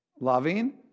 loving